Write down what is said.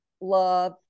love